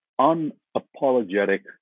unapologetic